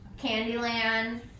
Candyland